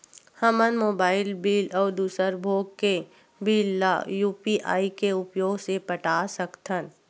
हमन mobile bill अउ दूसर भोग के बिल ला यू.पी.आई के उपयोग से पटा सकथन